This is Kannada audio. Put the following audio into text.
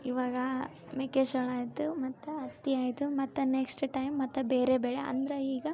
ಇವಾಗ ಮೆಕ್ಕೆಜೋಳ ಆಯಿತು ಮತ್ತೆ ಹತ್ತಿ ಆಯಿತು ಮತ್ತೆ ನೆಕ್ಸ್ಟ್ ಟೈಮ್ ಮತ್ತೆ ಬೇರೆ ಬೆಳೆ ಅಂದ್ರ ಈಗ